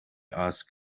asked